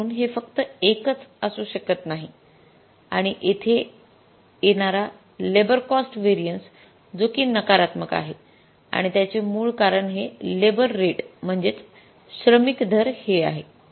म्हणूनहे फक्त एकच असू शकत नाहीआणि येथे येणार लेबर कॉस्ट व्हेरिएन्स जो कि नकारात्मक आहे आणि त्याचे मूळ कारण हे लेबर रेट म्हणजेच श्रमिक दर हे आहे